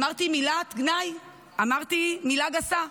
אמרתי מילת גנאי, אמרתי מילה גסה,